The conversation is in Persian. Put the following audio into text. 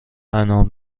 انعام